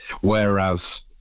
Whereas